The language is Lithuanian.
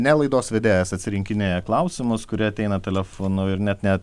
ne laidos vedėjas atsirinkinėja klausimus kurie ateina telefonu ir net ne